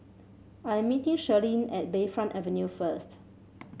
I'm meeting Shirlene at Bayfront Avenue first